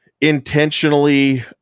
intentionally